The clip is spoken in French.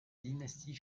dynastie